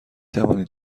توانید